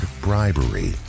bribery